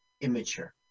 immature